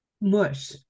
mush